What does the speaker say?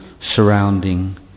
surrounding